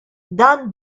dan